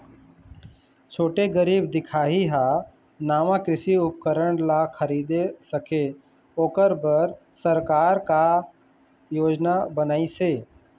छोटे गरीब दिखाही हा नावा कृषि उपकरण ला खरीद सके ओकर बर सरकार का योजना बनाइसे?